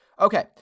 okay